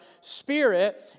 spirit